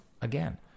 again